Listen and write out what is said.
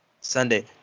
Sunday